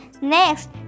next